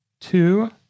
two